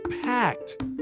packed